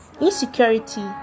Insecurity